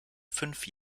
fünf